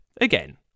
Again